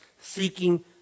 Seeking